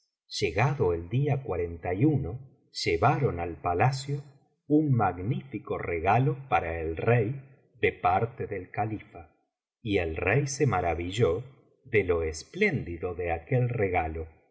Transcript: díasllegado el día cuarenta y uno llevaron al palacio un magnífico regalo para el rey ele parte del califa y el rey se maravilló de lo espléndido de aquel regalo